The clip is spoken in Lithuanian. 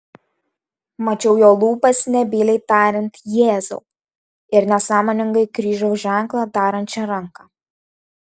mačiau jo lūpas nebyliai tariant jėzau ir nesąmoningai kryžiaus ženklą darančią ranką